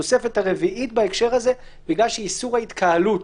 התוספת הרביעית בהקשר הזה, בגלל שאיסור ההתקהלות